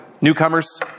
newcomers